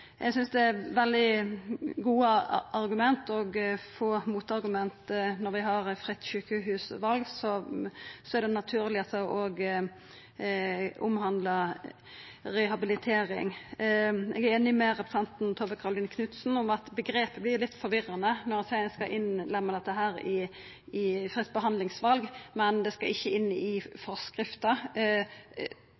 Eg synest det er veldig gode argument for og få motargument mot at når vi har fritt sjukehusval, er det naturleg at det òg omhandlar rehabilitering. Eg er einig med representanten Tove Karoline Knutsen i at omgrepet vert litt forvirrande når ein seier at ein skal innlemma dette i fritt behandlingsval, men det skal ikkje inn i